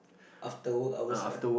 of the work hours lah